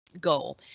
goal